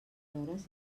hores